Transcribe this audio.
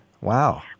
wow